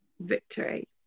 victory